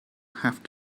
have